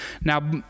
Now